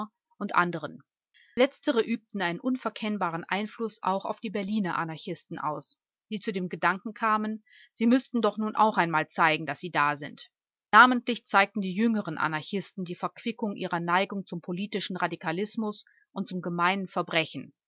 u a letztere übten ihren unverkennbaren einfluß auch auf die berliner anarchisten aus die zu dem gedanken kamen sie müßten doch nun auch einmal zeigen daß sie da sind namentlich zeigten die jüngeren anarchisten die verquickung ihrer neigung zum politischen radikalismus und zum gemeinen verbrechen